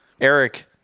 Eric